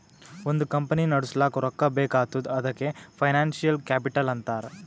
ಒಂದ್ ಕಂಪನಿ ನಡುಸ್ಲಾಕ್ ರೊಕ್ಕಾ ಬೇಕ್ ಆತ್ತುದ್ ಅದಕೆ ಫೈನಾನ್ಸಿಯಲ್ ಕ್ಯಾಪಿಟಲ್ ಅಂತಾರ್